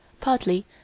partly